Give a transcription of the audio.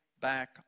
back